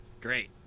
Great